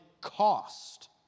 cost